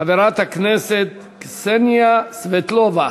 חברת הכנסת קסניה סבטלובה.